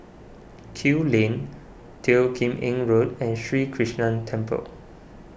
Kew Lane Teo Kim Eng Road and Sri Krishnan Temple